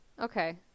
Okay